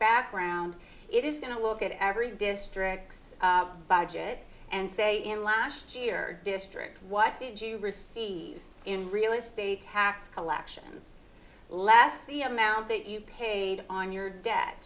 background it is going to look at every district's budget and say in last year district what did you receive in real estate tax collections less the amount that you paid on your debt